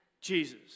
Jesus